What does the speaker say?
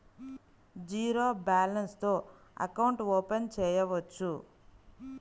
Zero balance తో account open చేయవచ్చు?